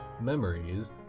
Memories